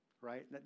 right